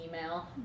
email